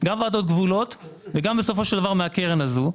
גם ועדות גבולות וגם בסופו של דבר מהקרן הזו.